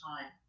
time